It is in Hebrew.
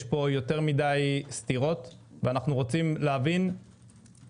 יש פה יותר מדי סתירות ואנחנו רוצים להבין כמו